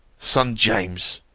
son james!